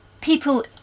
people